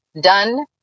done